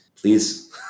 Please